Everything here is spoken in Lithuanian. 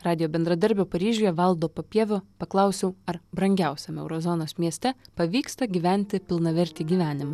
radijo bendradarbio paryžiuje valdo papievio paklausiau ar brangiausiame euro zonos mieste pavyksta gyventi pilnavertį gyvenimą